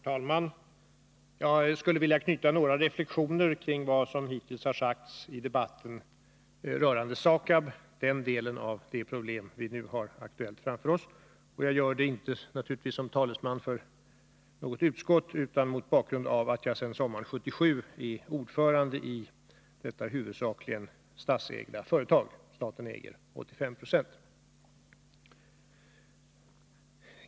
Herr talman! Jag skulle vilja göra några reflexioner över vad som hittills har sagts i debatten rörande SAKAB och den delen av det problem vi nu har aktuellt framför oss. Jag gör det naturligtvis inte som talesman för något utskott, utan mot bakgrund att jag sedan sommaren 1977 är ordförande i detta huvudsakligen statsägda företag — staten äger 85 9.